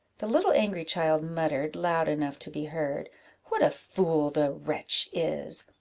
the little angry child muttered, loud enough to be heard what a fool the wretch is!